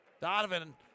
Donovan